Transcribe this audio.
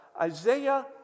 Isaiah